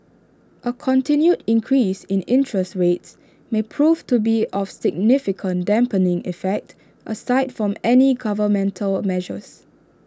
A continued increase in interest rates may prove to be of significant dampening effect aside from any governmental measures